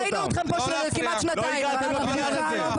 כמעט שנתיים לא ראינו אתכם.